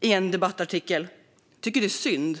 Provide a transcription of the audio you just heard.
i en debattartikel häromveckan. Det är synd.